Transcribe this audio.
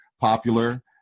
Popular